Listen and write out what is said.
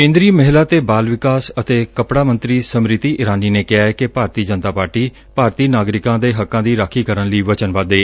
ਕੇਂਦਰੀ ਮਹਿਲਾ ਤੇ ਬਾਲ ਵਿਕਾਸ ਅਤੇ ਕੱਪੜਾ ਮੰਤਰੀ ਸਮ੍ਮਿਤੀ ਇਰਾਨੀ ਨੇ ਕਿਹੈ ਕਿ ਭਾਰਤੀ ਜਨਤਾ ਪਾਰਟੀ ਭਾਰਤੀ ਨਾਗਰਿਕਾਂ ਦੇ ਹੱਕਾਂ ਦੀ ਰਾਖੀ ਕਰਨ ਲਈ ਵਚਨਬੱਧ ਏ